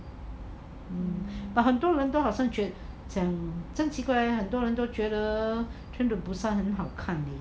but 很多人都好像觉得真奇怪很多人都觉得 train to busan 很好看 leh